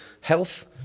health